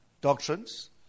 doctrines